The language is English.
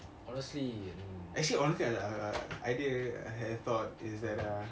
honestly